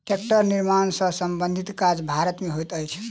टेक्टरक निर्माण सॅ संबंधित काज भारत मे होइत अछि